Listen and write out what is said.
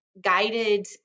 guided